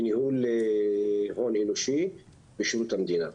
בניהול הון אנושי בשירות המדינה.